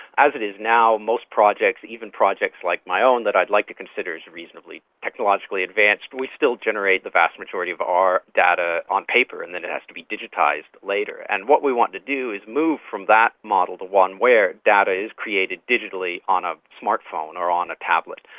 as it is now, most projects, even projects like my own that i'd like to consider as reasonably technologically advanced, we still generate the vast majority of our data on paper and then it has to be digitised later. and what we want to do is move from that model to one where data is created digitally on a smart phone or on a tablet.